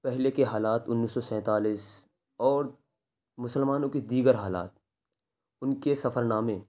پہلے کے حالات انیس سو سینتالیس اور مسلمانوں کے دیگر حالات ان کے سفر نامے